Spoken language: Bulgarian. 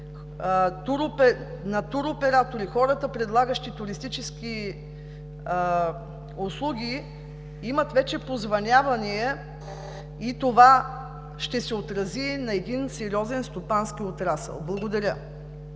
туроператорите, хората, предлагащи туристически услуги, имат вече позвънявания, че това ще се отрази на един сериозен стопански отрасъл. Благодаря.